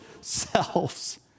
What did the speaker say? selves